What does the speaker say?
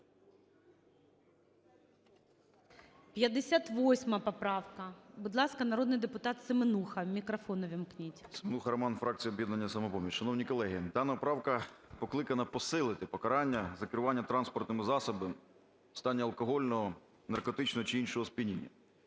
58 поправка. Будь ласка, народний депутатСеменуха, мікрофон увімкніть. 13:13:44 СЕМЕНУХА Р.С. СеменухаРоман, фракція "Об'єднання "Самопоміч". Шановні колеги, дана правка покликана посилити покарання за керування транспортним засобом в стані алкогольного, наркотичного чи іншого сп'яніння.